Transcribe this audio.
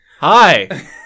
Hi